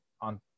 on